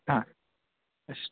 ಹಾಂ ಅಷ್ಟೆ